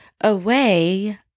away